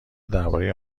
درباره